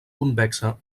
convexa